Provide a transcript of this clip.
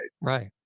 right